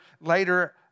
later